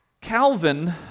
Calvin